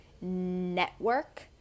network